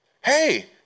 hey